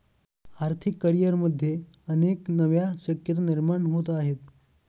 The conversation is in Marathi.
आर्थिक करिअरमध्ये अनेक नव्या शक्यता निर्माण होत आहेत